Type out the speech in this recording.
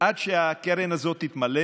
עד שהקרן הזאת תתמלא.